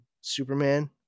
Superman